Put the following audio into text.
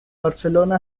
barcelona